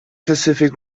pacific